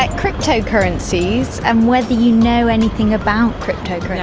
but cryptocurrencies and whether you know anything about cryptocurrencies